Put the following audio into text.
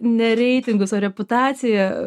ne reitingus o reputaciją